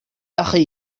أخي